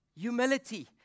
Humility